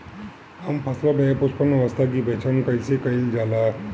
हम फसलों में पुष्पन अवस्था की पहचान कईसे कईल जाला?